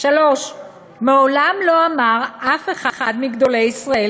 3. מעולם לא אמר אף אחד מגדולי ישראל